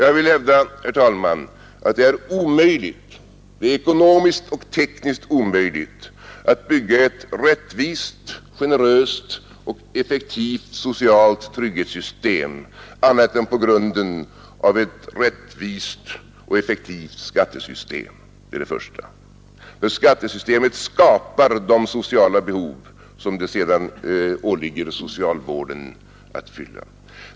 Jag vill hävda, herr talman, att det är ekonomiskt och tekniskt omöjligt att bygga ett rättvist, generöst och effektivt socialt trygghetssystem annat än på grunden av ett rättvist och effektivt skattesystem. Skattesystemet skapar de sociala behov som det sedan åligger socialvården att fylla.